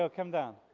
ah come down.